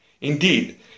Indeed